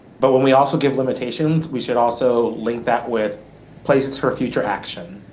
but when we also give limitations, we should also link that with places for future action.